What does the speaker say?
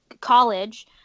college